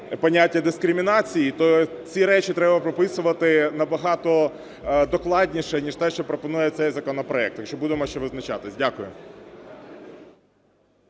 поняття дискримінації, то ці речі треба прописувати набагато докладніше, ніж те, що пропонує цей законопроект. Так що будемо ще визначатись. Дякую.